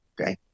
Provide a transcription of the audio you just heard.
Okay